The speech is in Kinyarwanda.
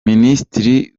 minisitiri